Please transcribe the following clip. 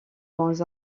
dans